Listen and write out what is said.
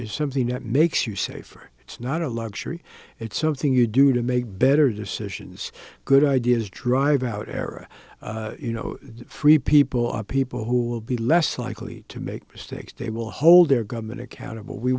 is something that makes you safer it's not a luxury it's something you do to make better decisions good ideas drive out era you know free people are people who will be less likely to make mistakes they will hold their government accountable we